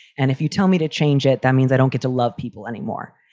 and if you tell me to change it, that means i don't get to love people anymore.